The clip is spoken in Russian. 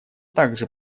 также